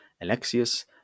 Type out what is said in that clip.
alexius